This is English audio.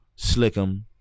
Slick'em